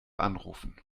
anrufen